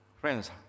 Friends